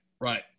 right